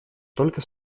только